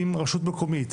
אם רשות מקומית,